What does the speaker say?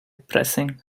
pressing